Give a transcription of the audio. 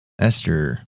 Esther